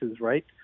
right